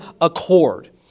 accord